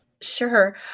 Sure